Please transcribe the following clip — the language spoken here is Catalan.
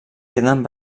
queden